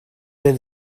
been